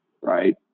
right